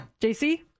JC